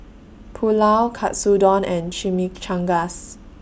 Pulao Katsudon and Chimichangas